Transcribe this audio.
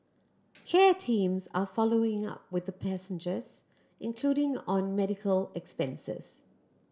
care teams are following up with the passengers including on medical expenses